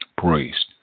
Praised